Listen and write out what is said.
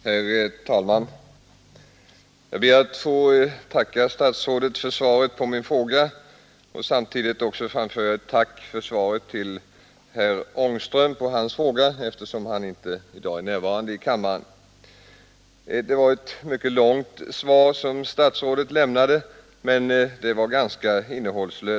Herr talman! Jag ber att få tacka statsrådet för svaret på min fråga, och jag vill samtidigt också framföra ett tack för svaret till herr Ångström på hans fråga eftersom han inte i dag är närvarande i kammaren. Det var ett mycket långt svar som statsrådet lämnade, men det var ganska innehållslöst.